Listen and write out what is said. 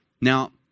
Now